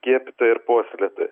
skiepytoja ir puoselėtoja